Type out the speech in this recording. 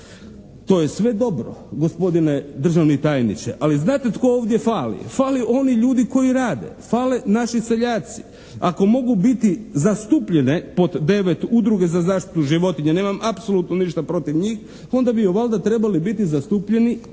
To je sve dobro gospodine državni tajniče, ali znate tko ovdje fali. Fale oni ljudi koji rade, fale naši seljaci. Ako mogu biti zastupljene pod devet Udruge za zaštitu životinja, nemam apsolutno ništa protiv njih, onda bi valjda trebali biti zastupljeni